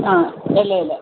ആ ഇലയിൽ